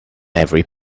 every